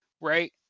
right